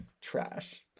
Trash